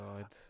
god